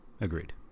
Agreed